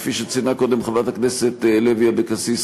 כפי שציינה קודם חברת הכנסת לוי אבקסיס,